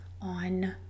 on